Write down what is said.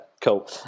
cool